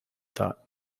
thought